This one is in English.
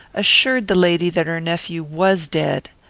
assured the lady that her nephew was dead.